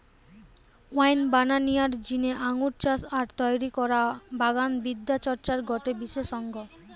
wine বানানিয়ার জিনে আঙ্গুর চাষ আর তৈরি করা বাগান বিদ্যা চর্চার গটে বিশেষ অঙ্গ